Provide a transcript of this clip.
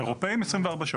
האירופאים 24 שעות.